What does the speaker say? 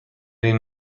این